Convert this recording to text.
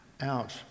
out